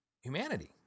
humanity